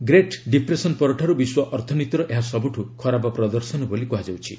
grade depression ପରଠାରୁ ବିଶ୍ୱ ଅର୍ଥନୀତିର ଏହା ସବୁଠୁ ଖରାପ ପ୍ରଦର୍ଶନ ବୋଲି କୁହାଯାଉଛି